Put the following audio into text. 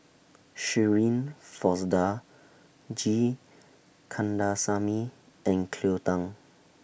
Shirin Fozdar G Kandasamy and Cleo Thang